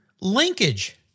Linkage